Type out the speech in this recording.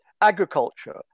agriculture